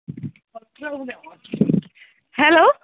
hello